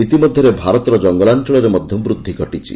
ଇତିମଧ୍ୟରେ ଭାରତର ଜଙ୍ଗଲାଞ୍ଚଳରେ ମଧ୍ୟ ବୃଦ୍ଧି ଘଟିଛି